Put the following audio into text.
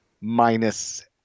minus